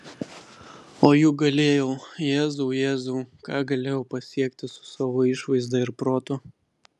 o juk galėjau jėzau jėzau ką galėjau pasiekti su savo išvaizda ir protu